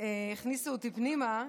הכניסו אותי פנימה.